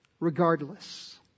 regardless